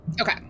Okay